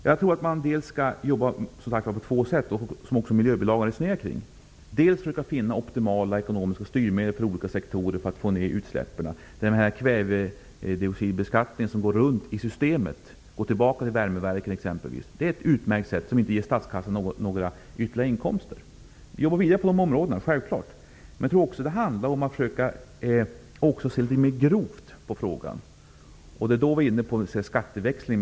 Jag tror att man skall jobba på två sätt, vilket man också resonerar kring i budgetpropositionens miljöbilaga. Dels gäller det att försöka finna optimala ekonomiska styrmedel för olika sektorer för att få ner utsläppen. Den kvävedioxidbeskattning som så att säga går runt i systemet och går tillbaka till värmeverket är ett utmärkt exempel, som inte ger statskassan några ytterligare inkomster. Självfallet skall vi jobba vidare på de områdena, men jag tror också att det handlar om att se litet mer grovt på frågan. Då är vi inne på skatteväxling.